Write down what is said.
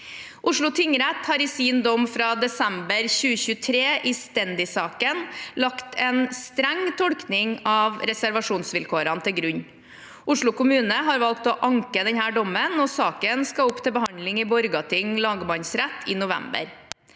Oslo tingrett har i sin dom fra desember 2023 i Stendisaken lagt en streng tolkning av reservasjonsvilkårene til grunn. Oslo kommune har valgt å anke dommen, og saken skal opp til behandling i Borgarting lagmannsrett i november.